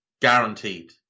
guaranteed